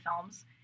films